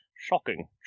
shocking